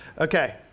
Okay